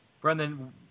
Brendan